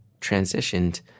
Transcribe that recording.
transitioned